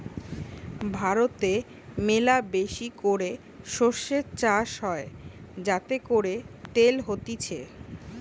ভারতে ম্যালাবেশি করে সরষে চাষ হয় যাতে করে তেল হতিছে